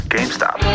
GameStop